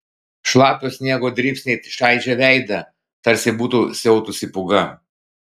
šlapio sniego dribsniai čaižė veidą tarsi būtų siautusi pūga